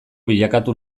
bilakatu